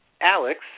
Alex